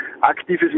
aktives